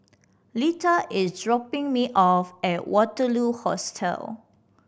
Litha is dropping me off at Waterloo Hostel